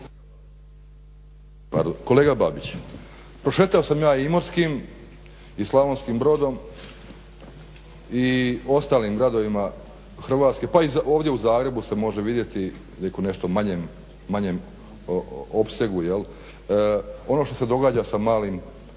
Kolega Babić, prošetao sam ja i Imotskim i Slavonskim Brodom i ostalim gradovima Hrvatske, pa i ovdje u Zagrebu se može vidjeti iako u nešto manjem opsegu ono što se događa sa malim gospodarstvom,